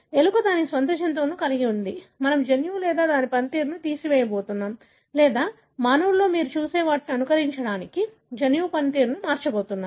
ఎలుక దాని స్వంత జన్యువును కలిగి ఉంది మనము జన్యువును లేదా దాని పనితీరును తీసివేయబోతున్నాం లేదా మానవునిలో మీరు చూసే వాటిని అనుకరించడానికి జన్యువు పనితీరును మార్చబోతున్నాం